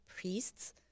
priests